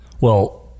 Well-